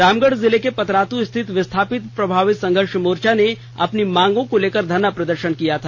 रामगढ़ जिले के पतरातू स्थित विस्थापित प्रभावित संघर्ष मोर्चा ने अपनी मांगों को लेकर धरना प्रदर्शन किया था